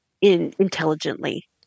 intelligently